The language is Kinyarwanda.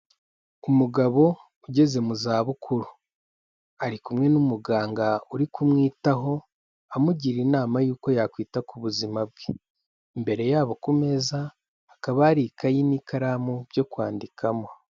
Umugabo ugeze mu zabukuru ari kumwe n'umuganga uri kumwitaho amugira inama y'uko yakwita ku buzima bwe, imbere yabo ku meza hakaba hari ikayi n'ikaramu byo kwandikamo.